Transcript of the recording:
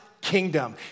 Kingdom